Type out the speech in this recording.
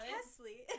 Kesley